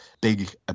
big